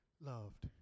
loved